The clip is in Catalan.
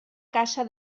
caça